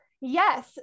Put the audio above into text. Yes